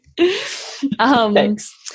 Thanks